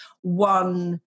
one